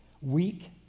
weak